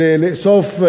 לאסוף,